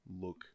look